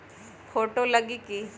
Photo लगी कि?